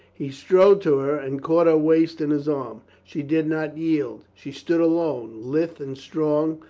he strode to her and caught her waist in his arm. she did not yield she stood alone, lithe and strong,